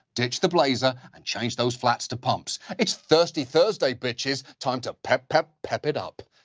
ditch the blazer, and change those flats to pumps. it's thirsty thursday, bitches. time to pep, pep, pep it up.